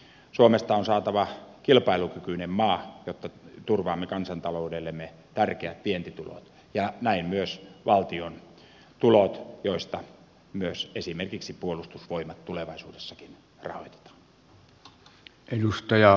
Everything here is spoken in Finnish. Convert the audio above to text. suomesta on saatava kilpailukykyinen maa jotta turvaamme kansantaloudellemme tärkeät vientitulot ja näin myös valtion tulot joista myös esimerkiksi puolustusvoimat tulevaisuudessakin rahoitetaan